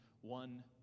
one